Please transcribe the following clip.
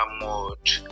mode